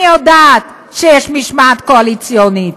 אני יודעת שיש משמעת קואליציונית,